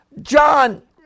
John